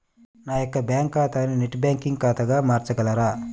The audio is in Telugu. నా యొక్క బ్యాంకు ఖాతాని నెట్ బ్యాంకింగ్ ఖాతాగా మార్చగలరా?